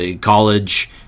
college